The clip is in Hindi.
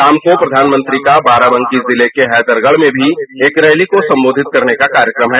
शाम को प्रधानमंत्री का बाराबंकी जिले के हैदरगढ़ में भी एक रैली को संबोधित करने का कार्यक्रम है